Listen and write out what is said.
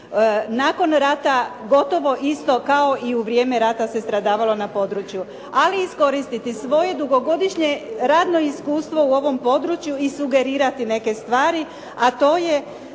Nakon rata gotovo isto kao i u vrijeme rata se stradavalo na području. Ali iskoristiti svoje dugogodišnje radno iskustvo u ovom području i sugerirati neke stvari, a to je